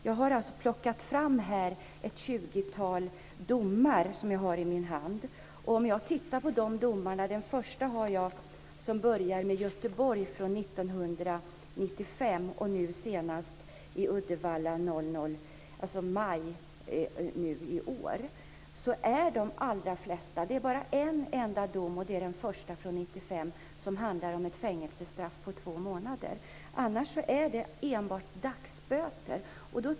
Jag har här plockat fram ett tjugotal domar som jag har i min hand. Den första är från Göteborg år 1995 och den senaste från Uddevalla i maj i år. Det är bara en enda dom, och det är den första från år 1995, som handlar om ett fängelsestraff på två månader. Annars är det enbart dagsböter.